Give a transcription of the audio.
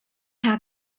how